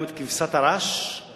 גם את קצבת הרש לוקחים?